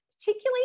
Particularly